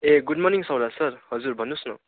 ए good morning Sauraj sir हजुर भन्नुहोस् न